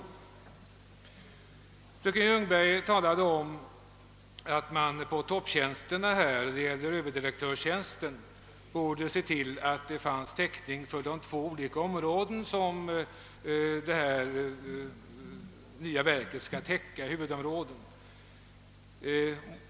Sedan talade fröken Ljungberg också om att man för topptjänsterna — det gällde närmast överdirektörstjänsten — borde kräva att vederbörande har täckning för de två olika huvudområden som det nya verket skall omfatta.